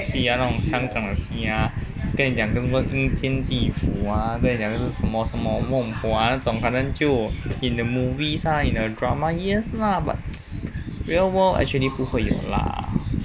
的戏啊那种香港的戏啊跟你讲什么阴间地府啊跟你讲那什么什么孟婆啊那种可能就 in the movies lah in the drama yes lah but real world actually 不会有的啦